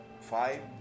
five